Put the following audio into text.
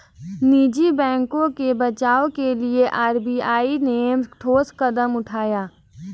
निजी बैंकों के बचाव के लिए आर.बी.आई ने ठोस कदम उठाए